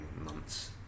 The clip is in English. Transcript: months